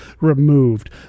removed